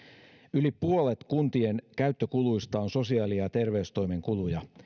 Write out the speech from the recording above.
yli puolet kuntien käyttökuluista on sosiaali ja terveystoimen kuluja